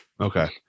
Okay